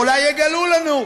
אולי יגלו לנו.